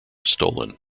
stolen